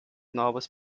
novas